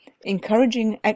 encouraging